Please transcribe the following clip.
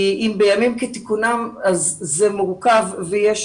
אם בימים כתיקונם זה מורכב ובתחילת השנה